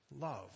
love